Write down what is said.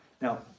Now